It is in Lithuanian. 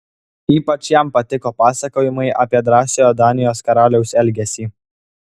ypač jam patiko pasakojimai apie drąsiojo danijos karaliaus elgesį